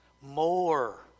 More